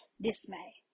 dismay